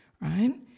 right